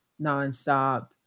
nonstop